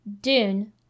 Dune